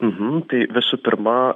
uhu tai visų pirma